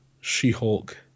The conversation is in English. She-Hulk